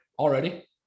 Already